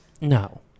No